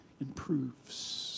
improves